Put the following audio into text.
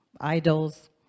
idols